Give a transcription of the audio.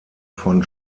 von